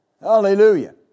Hallelujah